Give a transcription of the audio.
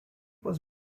was